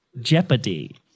Jeopardy